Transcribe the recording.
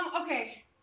okay